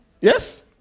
Yes